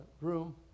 room